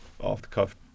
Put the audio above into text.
off-the-cuff